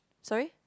sorry